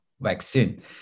vaccine